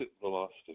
velocity